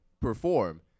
perform